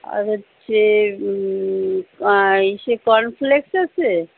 আর হচ্ছে অ্যা ইসে কর্নফ্লেক্স আছে